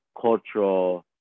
cultural